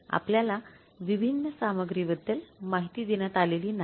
आपल्याला विभिन्न सामग्री बद्दल माहिती देण्यात आलेली नाही